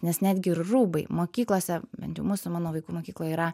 nes netgi ir rūbai mokyklose bent jau mūsų mano vaikų mokykloj yra